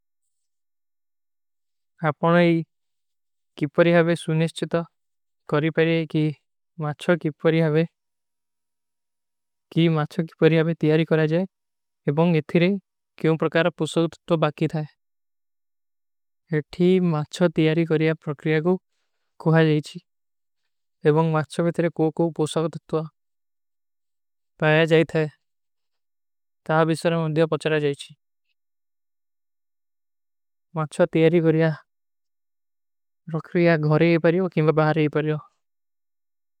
ଆପନେ କୀ ପରିଯାଭେ ସୁନେଶ୍ଚତ କରୀ ପାରେ କୀ ମାଁଚ୍ଛା କୀ ପରିଯାଭେ କୀ ମାଁଚ୍ଛା କୀ ପରିଯାଭେ ତିଯାରୀ କରା ଜାଏ ଏବଂଗ ଏଠୀରେ। କ୍ଯୋଂ ପରକାରା ପୂସାଗତତ୍ଵ ବାକୀ ଥାଏ ଏଠୀ ମାଁଚ୍ଛା ତିଯାରୀ କରିଯା ପ୍ରକ୍ରିଯାଗୋ ଖୁହା ଜାଏଚୀ ଏବଂଗ ମାଁଚ୍ଛା ତିଯାରୀ କରିଯା ପ୍ରକ୍ରିଯାଗୋ ଖୁହା ଜାଏଚୀ ମାଁଚ୍ଛା ତିଯାରୀ କରିଯା ପ୍ରକ୍ରିଯାଗୋ ଖୁହା ଜାଏଚୀ।